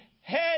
head